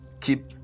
keep